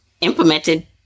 implemented